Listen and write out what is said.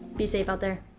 be safe out there.